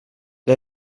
det